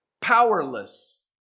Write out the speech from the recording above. powerless